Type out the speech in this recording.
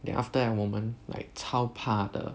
then after that 我们 like 超怕的